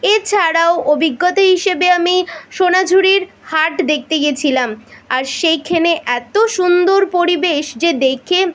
এছাড়াও অভিজ্ঞতা হিসেবে আমি সোনাঝুরির হাট দেখতে গেছিলাম আর সেইখানে এতো সুন্দর পরিবেশ যে দেখে